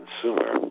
consumer